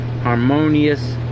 Harmonious